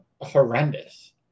horrendous